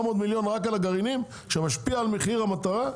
מיליון על הגרעינים משפיעים על מחיר המטרה?